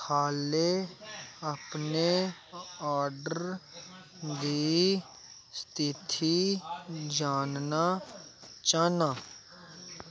हाले अपने आर्डर बी स्थिति जानना चाह्न्नां